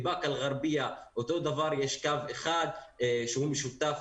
בבאקה אל גרביה אותו דבר, יש קו אחד שהוא משותף